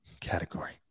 category